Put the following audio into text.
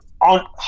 on